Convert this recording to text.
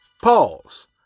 Pause